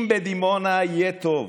אם בדימונה יהיה טוב